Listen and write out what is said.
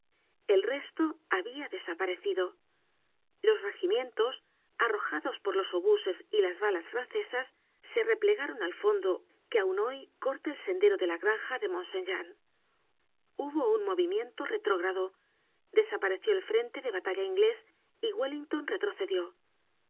el resto había desaparecido los regimientos arrojados por los obuses y las balas francesas se replegaron al fondo que aun hoy corta el sendero de la granja de mont saint jean hubo un movimiento retrógrado desapareció el frente de batalla inglés y wellington retrocedió